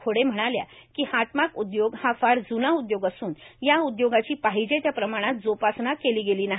खोडे म्हणाल्या कि हातमाग उद्योग हा फार जुना उद्योग असून या उद्योगाची पाहिजे त्या प्रमाणात जोपासना केली गेली नाही